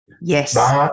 Yes